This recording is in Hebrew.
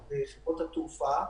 חשוב,